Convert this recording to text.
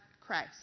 Christ